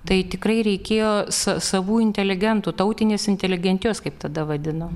tai tikrai reikėjo sa savų inteligentų tautinės inteligentijos kaip tada vadino